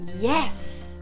yes